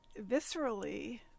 viscerally